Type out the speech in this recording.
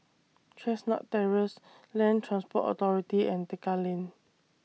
Chestnut Terrace Land Transport Authority and Tekka Lane